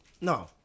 No